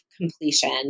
completion